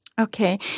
Okay